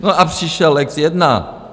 A přišel lex jedna.